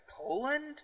Poland